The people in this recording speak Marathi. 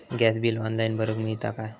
गॅस बिल ऑनलाइन भरुक मिळता काय?